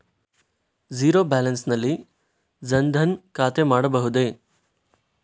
Zero balance ನಲ್ಲಿ ಜನ್ ಧನ್ ಖಾತೆ ಮಾಡಬಹುದೇ?